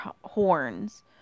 horns